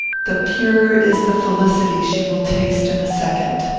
the purer is the felicity she will taste in a second!